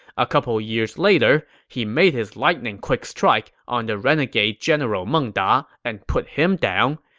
a couple years later, he made his lightning quick strike on the renegade general meng da and put him down.